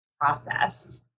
process